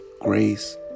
grace